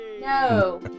no